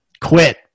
quit